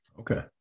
Okay